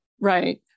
Right